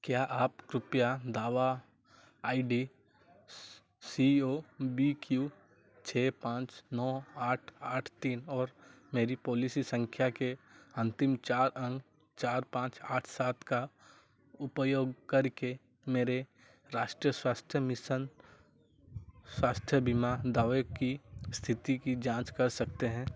क्या आप कृपया दावा I D C O B Q छः पाँच नौ आठ आठ तीन और मेरी पॉलिसी संख्या के अंतिम चार अंक चार पाँच आठ सात का उपयोग करके मेरे राष्ट्रीय स्वास्थ्य मिसन स्वास्थ्य बीमा दावे की स्थिति की जाँच कर सकते हैं